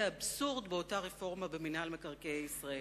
אבסורד באותה רפורמה במינהל מקרקעי ישראל.